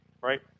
Right